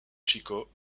chico